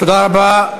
תודה רבה.